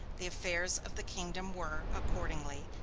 the affairs of the kingdom were, accordingly,